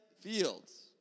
Fields